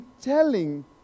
telling